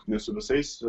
ne su visais